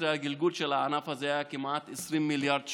בשנת 2018 הענף הזה גלגל כמעט 20 מיליארד שקלים.